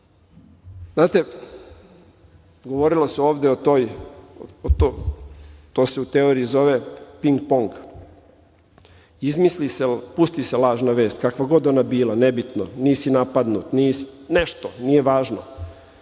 dešava. Znate, govorilo se ovde o toj, a to se u teoriji zove ping-pong, izmisli se, pusti se lažna vest, kakva god ona bila, nebitno, nisi napadnut, nisi, nešto, nije važno.